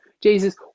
Jesus